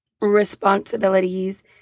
responsibilities